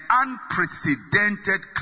unprecedented